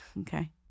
Okay